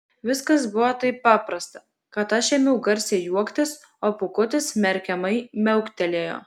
viskas buvo taip paprasta kad aš ėmiau garsiai juoktis o pūkutis smerkiamai miauktelėjo